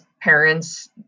parents